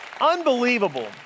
Unbelievable